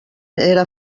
era